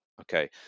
okay